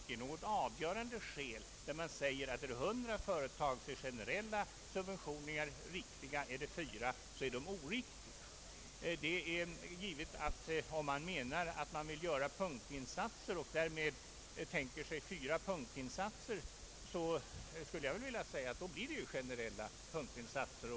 Man säger att om det gäller hundra företag är generella subventioner riktiga, men gäller det fyra företag är de oriktiga. Vill man göra punktinsatser blir det ju eftersom det här endast gäller fyra företag i verkligheten fråga om generella punktinsatser.